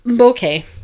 okay